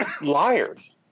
liars